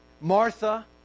Martha